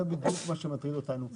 לא, זה בדיוק מה שמטריד אותנו.